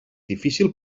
difícil